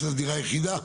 של דירה יחידה?